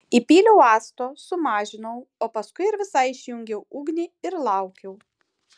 įpyliau acto sumažinau o paskui ir visai išjungiau ugnį ir laukiau